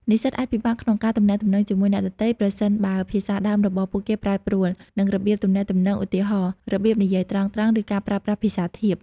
និស្សិតអាចពិបាកក្នុងការទំនាក់ទំនងជាមួយអ្នកដទៃ ប្រសិនបើភាសាដើមរបស់ពួកគេប្រែប្រួល និងរបៀបទំនាក់ទំនង ឧទាហរណ៍ របៀបនិយាយត្រង់ៗ ឬការប្រើប្រាស់ភាសាធៀប។